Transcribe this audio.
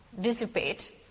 dissipate